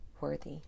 worthy